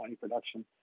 production